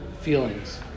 feelings